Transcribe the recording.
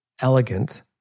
elegant